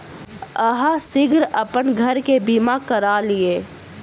अहाँ शीघ्र अपन घर के बीमा करा लिअ